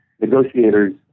negotiators